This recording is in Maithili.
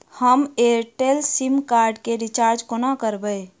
हम एयरटेल सिम कार्ड केँ रिचार्ज कोना करबै?